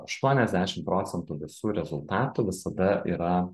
aštuoniasdešim procentų visų rezultatų visada yra